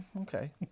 Okay